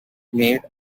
made